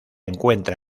encuentra